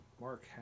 Mark